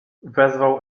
wezwał